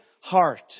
heart